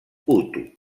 hutu